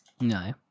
no